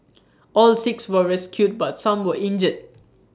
all six were rescued but some were injured